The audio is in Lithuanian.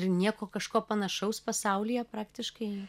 ir nieko kažko panašaus pasaulyje praktiškai